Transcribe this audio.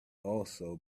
also